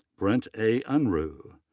brent a. unruh.